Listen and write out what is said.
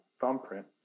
thumbprint